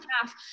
half